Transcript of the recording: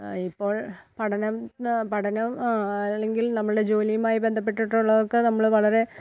ഇപ്പോൾ പഠനം പഠനം അല്ലെങ്കിൽ നമ്മളുടെ ജോലിയുമായി ബന്ധപ്പെട്ടിട്ടുള്ളവർക്ക് നമ്മൾ വളരെ